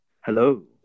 Hello